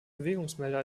bewegungsmelder